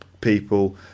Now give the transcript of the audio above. people